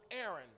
Aaron